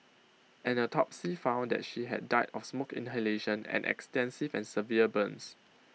an autopsy found that she had died of smoke inhalation and extensive and severe burns